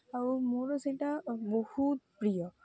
ଆଉ ମୋର ସେଇଟା ବହୁତ ପ୍ରିୟ